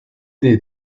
des